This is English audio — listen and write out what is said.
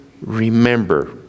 remember